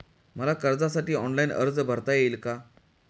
मला कर्जासाठी ऑनलाइन अर्ज भरता येईल का?